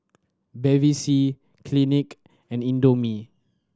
Bevy C Clinique and Indomie